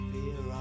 Fear